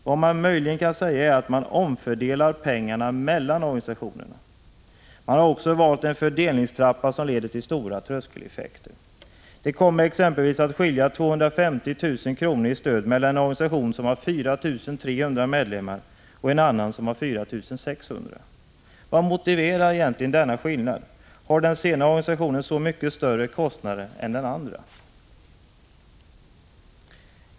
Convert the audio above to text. Vad vi möjligen kan säga är att man omfördelar pengar mellan organisationerna. Man har också valt en fördelningstrappa som leder till stora tröskeleffekter. Det kommer exempelvis att skilja 250 000 kr. i stöd mellan en organisation som har 4 300 medlemmar och en annan som har 4 600 medlemmar. Vad motiverar denna skillnad? Har den senare organisationen så mycket större kostnader än den andra?